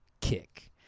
kick